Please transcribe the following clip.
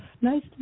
Nice